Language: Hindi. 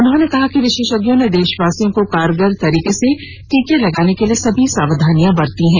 उन्होंने कहा कि विशेषज्ञों ने देशवासियों को कारगर तरीके से टीके लगाने के लिए सभी सावधानियां बरती हैं